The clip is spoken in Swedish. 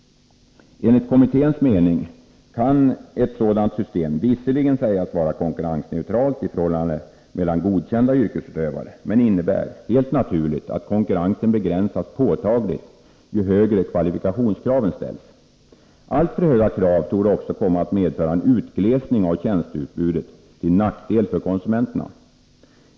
Enligt kommitténs mening kan ett sådant system visserligen sägas vara konkurrensneutralt i förhållandet mellan godkända yrkesutövare men innebär — helt naturligt — att konkurrensen begränsas påtagligt ju högre kvalifikationskraven ställs. Alltför höga krav torde också komma att medföra en utglesning av tjänsteutbudet till nackdel för konsumenterna.